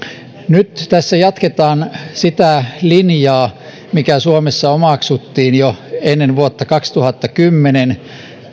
nyt jatketaan sitä linjaa mikä suomessa omaksuttiin jo ennen vuotta kaksituhattakymmenen